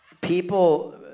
People